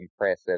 impressive